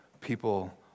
people